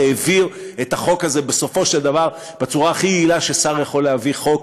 העביר את החוק הזה בסופו של דבר בצורה הכי יעילה ששר יכול להביא חוק.